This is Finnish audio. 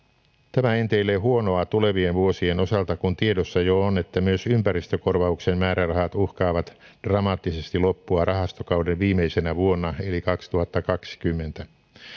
tämä enteilee huonoa tulevien vuosien osalta kun tiedossa jo on että myös ympäristökorvauksen määrärahat uhkaavat dramaattisesti loppua rahastokauden viimeisenä vuonna eli kaksituhattakaksikymmentä